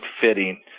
fitting